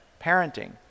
parenting